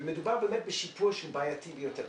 ומדובר בסיפור בעייתי ביותר.